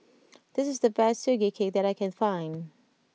this is the best Sugee Cake that I can find